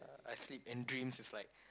I sleep and dreams is like